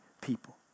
people